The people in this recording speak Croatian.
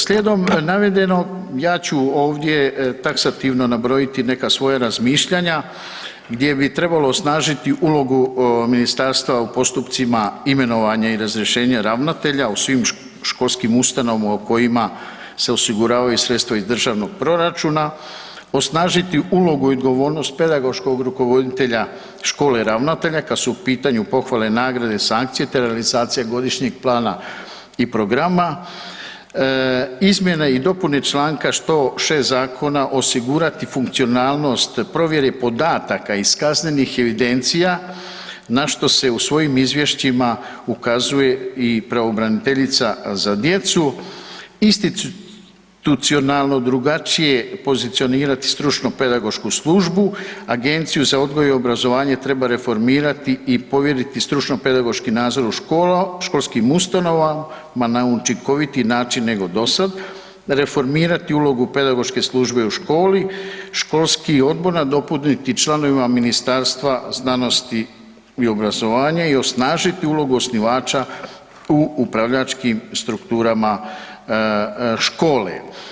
Slijedom navedenog ja ću ovdje taksativno nabrojiti neka svoja razmišljanja gdje bi trebalo osnažiti ulogu ministarstva u postupcima imenovanja i razrješenja ravnatelja u svim školskim ustanovama u kojima se osiguravaju sredstva iz državnog proračuna, osnažiti ulogu i odgovornost pedagoškog rukovoditelja škole ravnatelja kad su u pitanju pohvale, nagrade i sankcije, te realizacija godišnjeg plana i programa, izmjene i dopune čl. 106. zakona, osigurati funkcionalnost provjere podataka iz kaznenih evidencija na što se u svojim izvješćima ukazuje i pravobraniteljica za djecu, institucionalno drugačije pozicionirati stručno pedagošku službu, Agenciju za odgoj i obrazovanje treba reformirati i povjeriti stručno pedagoški nadzor u školskim ustanovama na učinkovitiji način nego do sad, reformirati ulogu pedagoške službe u školi, školski odbor nadopuniti članovima Ministarstva znanosti i obrazovanja i osnažiti ulogu osnivača u upravljačkim strukturama škole.